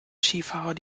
skifahrer